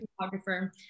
photographer